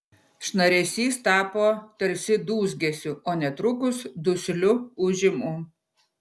šnaresys tapo tarsi dūzgesiu o netrukus dusliu ūžimu